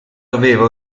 doveva